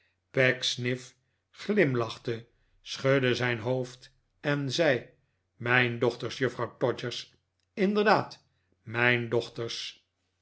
glimlachte schudde zijn hoofd en zei mijn dochters juffrouw todgers inderdaad mijn dochters